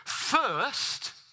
First